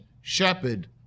shepherd